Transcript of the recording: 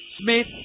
Smith